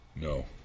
No